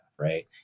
Right